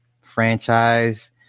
franchise